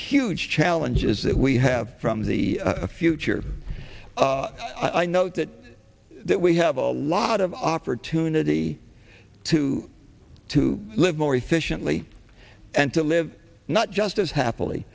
huge challenges that we have from the future i note that that we have a lot of opportunity to to live more efficiently and to live not just as happily